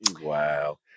Wow